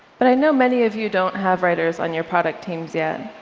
but i know many of you don't have writers on your product teams yet,